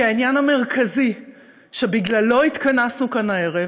כי העניין המרכזי שבגללו התכנסנו כאן הערב